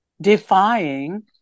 defying